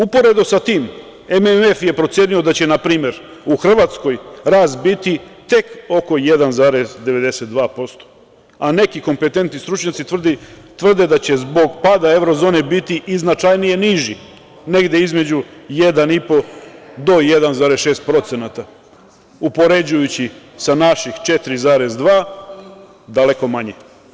Uporedo sa tim MMF je procenio da će, na primer, u Hrvatskoj rast biti tek oko 1,92%, a neki kompetentni stručnjaci tvrde da će zbog pada evro zone biti i značajnije niži, negde između 1,5% do 1,6%, upoređujući sa naših 4,2%, daleko manje.